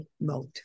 mode